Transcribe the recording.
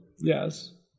Yes